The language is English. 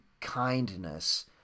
kindness